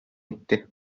etti